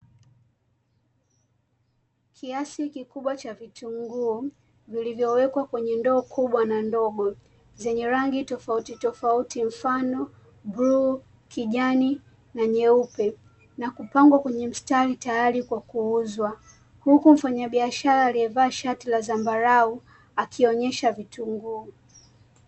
Kiasi kikubwa cha vitunguu, vilivyowekwa kwenye ndoo kubwa na ndogo, zenye rangi tofauti tofauti mfano buluu, kijani na nyeupe na kupangwa kwenye mstari tayari kwa kuuzwa. Huku mfanyabiashara aliyevaa shati la zambarau akionyesha vitunguu.